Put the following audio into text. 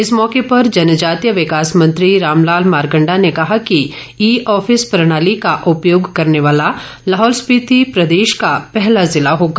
इस गौक पर जनजातीय विकास मंत्री रामलाल मारकंडा ने कहा कि ई ऑफिस प्रणाली का उपयोग करने वाला लाहौल स्पीति प्रदेश का पहला जिला होगा